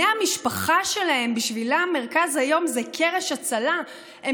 בני המשפחה שלהם, מרכז היום הוא קרש הצלה בשבילם.